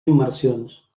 immersions